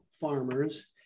farmers